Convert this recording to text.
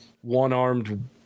one-armed –